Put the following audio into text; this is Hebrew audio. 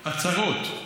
הצהרות?